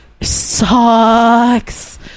sucks